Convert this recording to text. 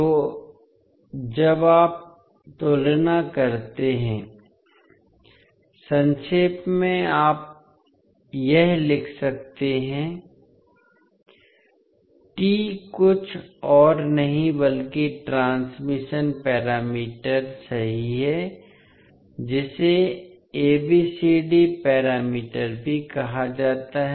तो जब आप तुलना करते हैं संक्षेप में आप यह लिख सकते हैं T कुछ और नहीं बल्कि ट्रांसमिशन पैरामीटर सही है जिसे ABCD पैरामीटर भी कहा जाता है